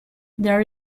there